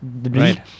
Right